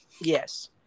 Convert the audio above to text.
Yes